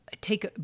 take